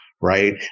right